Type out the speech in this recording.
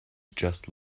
just